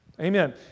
Amen